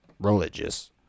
religious